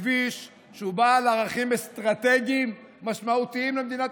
בכביש שהוא בעל ערכים אסטרטגיים משמעותיים למדינת